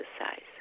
exercise